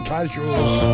Casuals